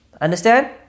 Understand